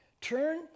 Turn